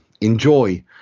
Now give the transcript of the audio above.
Enjoy